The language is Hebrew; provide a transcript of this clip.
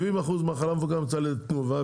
70% מהחלב המפוקח מיוצר על ידי תנובה,